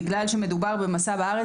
בגלל שמדובר במסע בארץ,